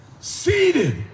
seated